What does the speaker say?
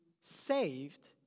saved